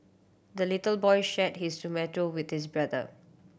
the little boy shared his tomato with his brother